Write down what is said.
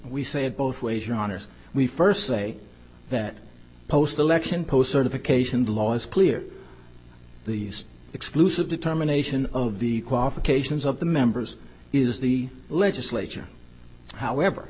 we said both ways your honor we first say that post election post certification the law is clear the exclusive determination of the qualifications of the members is the legislature however